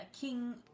King